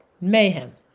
mayhem